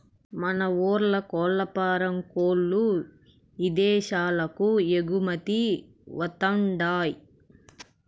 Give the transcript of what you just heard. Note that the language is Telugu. మన ఊర్ల కోల్లఫారం కోల్ల్లు ఇదేశాలకు ఎగుమతవతండాయ్